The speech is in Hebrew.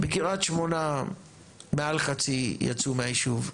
בקרית שמונה מעל חצי יצאו מהיישוב.